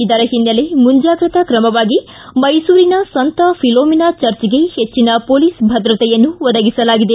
ಇದರ ಹಿನ್ನೆಲೆ ಮುಂಜಾಗ್ರತಾ ಕ್ರಮವಾಗಿ ಮೈಸೂರಿನ ಸಂತ ಫಿಲೋಮಿನಾ ಚರ್ಚ್ಗೆ ಹೆಚ್ಚಿನ ಪೊಲೀಸ್ ಭದ್ರತೆಯನ್ನು ಒದಗಿಸಲಾಗಿದೆ